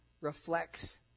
reflects